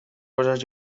cosas